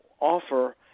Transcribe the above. offer